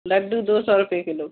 लड्डू दो सौ रुपए किलों